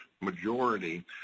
majority